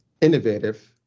innovative